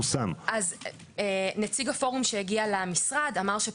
לכן אם זו הפרשנות שלכם כתוצאה מפשרה שהגעתם לבית המשפט,